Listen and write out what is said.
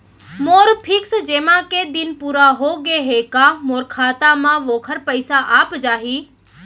मोर fix जेमा के दिन पूरा होगे हे का मोर खाता म वोखर पइसा आप जाही?